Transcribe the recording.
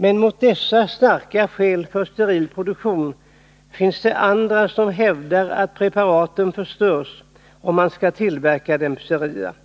Men mot dessa starka skäl för steril produktion finns det de som hävdar att preparaten förstörs om man skall tillverka dem sterilt.